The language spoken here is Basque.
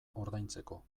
ordaintzeko